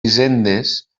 hisendes